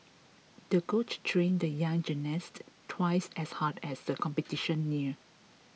the coach trained the young gymnast twice as hard as the competition neared